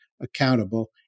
accountable